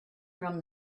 from